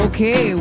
Okay